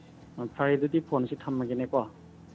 ꯑꯥ ꯐꯔꯦ ꯑꯗꯨꯗꯤ ꯐꯣꯟꯁꯦ ꯊꯝꯃꯒꯦꯅꯦꯀꯣ